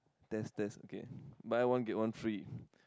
test test okay buy one get one free